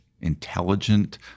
intelligent